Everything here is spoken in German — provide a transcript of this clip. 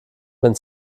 wenn